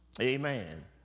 Amen